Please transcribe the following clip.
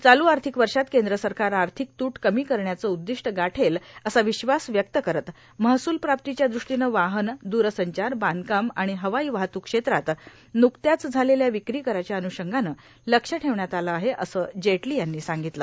चालू आर्थिक वषात कद्र सरकार आर्थिक तूट कमी करण्याचं उद्दिष्ट गाठेल असा विश्वास व्यक्त करत महसूल प्राप्तीच्या दृष्टोनं वाहन दूरसंचार बांधकाम आर्गण हवाई वाहतूक क्षेत्रात न्कत्याच झालेल्या ांवक्री कराच्या अन्षंगानं लक्ष ठेवण्यात आलं आहे असं जेटलां यांनी सांगतलं